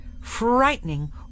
frightening